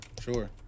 Sure